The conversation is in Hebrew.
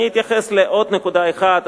אני אתייחס לעוד נקודה אחת,